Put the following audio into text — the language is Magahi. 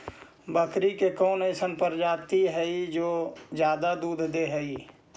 बकरी के कौन अइसन प्रजाति हई जो ज्यादा दूध दे हई?